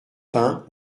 pins